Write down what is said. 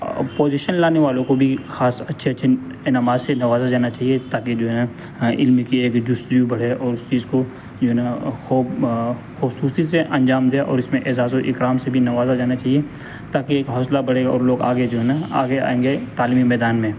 position لانے والوں کو بھی خاص اچھے اچھے انعامات سے نوازا جانا چاہیے تاکہ جو ہے علم کی ایک جستجو بڑھے اور اس چیز کو جو ہے نا خوبصورتی سے انجام دیں اور اس میں اعزاز و اکرام سے بھی نوازا جانا چاہیے تاکہ ایک حوصلہ بڑھے اور لوگ آگے جو ہے نا آگے آئیں گے تعلیمی میدان میں